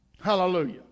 Hallelujah